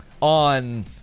on